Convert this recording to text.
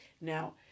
now